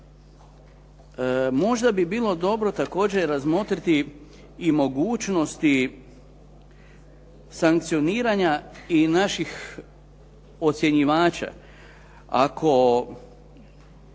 Možda bi bilo dobro također razmotriti i mogućnosti sankcioniranja i naših ocjenjivača. Ako